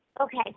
Okay